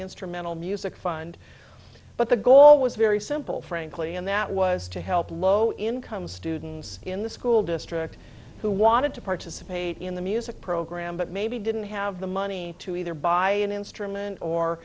instrumental music fund but the goal was very simple frankly and that was to help low income students in the school district who wanted to participate in the music program but maybe didn't have the money to either buy an instrument or